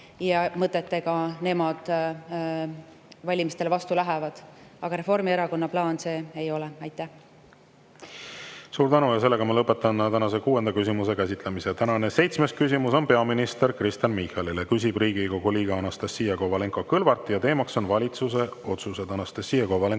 ja mõtetega nemad valimistele vastu lähevad. Aga Reformierakonna plaan see ei ole. Suur tänu! Lõpetan tänase kuuenda küsimuse käsitlemise. Tänane seitsmes küsimus on peaminister Kristen Michalile, küsib Riigikogu liige Anastassia Kovalenko-Kõlvart ja teema on valitsuse otsused.